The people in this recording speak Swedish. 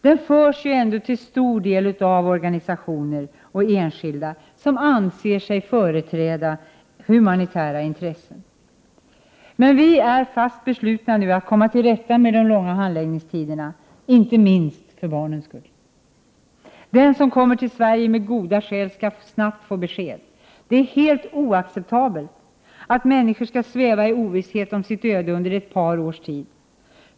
Den förs ju ändå till stor del av organisationer och enskilda som anser sig företräda humanitära intressen. Men vi är fast beslutna att komma till rätta med de långa handläggningstiderna, inte minst för barnens skull. Den som kommer till Sverige med goda skäl skall snabbt få besked. Det är helt oacceptabelt att människor skall sväva i ovisshet om sitt öde under ett par års tid.